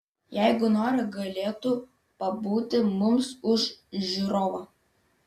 jeigu nori galėtų pabūti mums už žiūrovą